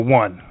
one